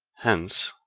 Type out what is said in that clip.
hence,